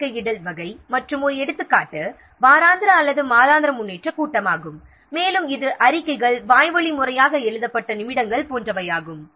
அறிக்கையிடல் வகை மற்றும் ஒரு எடுத்துக்காட்டு வாராந்திர அல்லது மாதாந்திர முன்னேற்றக் கூட்டமாகும் மேலும் இந்த வாய்வழி அறிக்கைகள் முறையான எழுதப்பட்ட அறிக்கையிடல் போன்றவையாகும்